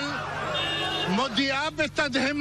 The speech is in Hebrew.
הישיבה הבאה תתקיים